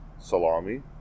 salami